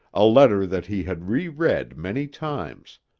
a letter that he had re-read many times,